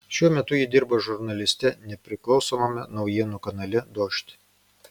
šiuo metu ji dirba žurnaliste nepriklausomame naujienų kanale dožd